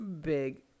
big